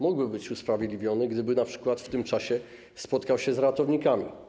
Mógłby być usprawiedliwiony, gdyby np. w tym czasie spotkał się z ratownikami.